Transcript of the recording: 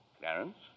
Clarence